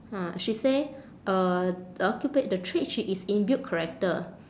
ha she say uh the occupa~ the trade she is in build character